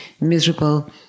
miserable